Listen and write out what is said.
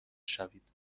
شوید